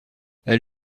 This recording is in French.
elle